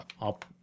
up